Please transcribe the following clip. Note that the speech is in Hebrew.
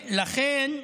לכן,